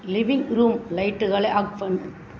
living room லைட்டுகளை off பண்ணு